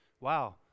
wow